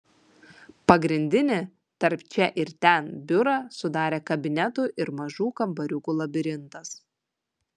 pagrindinį tarp čia ir ten biurą sudarė kabinetų ir mažų kambariukų labirintas